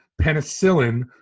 penicillin